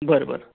बर बर